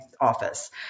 office